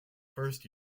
first